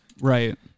right